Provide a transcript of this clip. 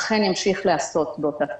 אכן ימשיך להיעשות באותה תקופה,